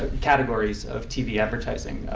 ah categories of tv advertising,